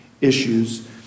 issues